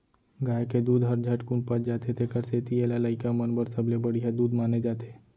गाय के दूद हर झटकुन पच जाथे तेकर सेती एला लइका मन बर सबले बड़िहा दूद माने जाथे